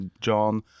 John